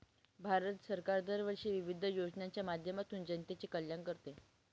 भारत सरकार दरवर्षी विविध योजनांच्या माध्यमातून जनतेचे कल्याण करते